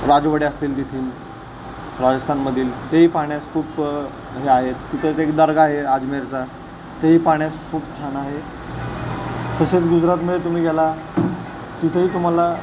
राजवाडे असतील तिथील राजस्थानमधील तेही पाहण्यास खूप म्हणजे आहेत तिथं एक दर्गा आहे अजमेरचा तेही पाहण्यास खूप छान आहे तसेच गुजरातमध्ये तुम्ही गेला तिथेही तुम्हाला